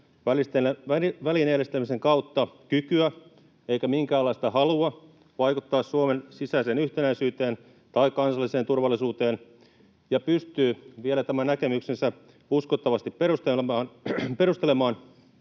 välineellistämisen kautta kykyä eikä minkäänlaista halua vaikuttaa Suomen sisäiseen yhtenäisyyteen tai kansalliseen turvallisuuteen, ja pystyy vielä tämän näkemyksensä uskottavasti perustelemaan,